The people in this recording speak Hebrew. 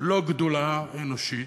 לא גדולה אנושית,